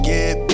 Get